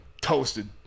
toasted